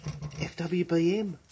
FWBM